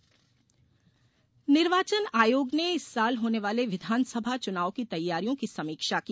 निर्वाचन समीक्षा निर्वाचन आयोग ने इस साल होने वाले विधानसभा चुनाव की तैयारियों की समीक्षा की